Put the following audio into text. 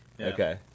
Okay